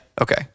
Okay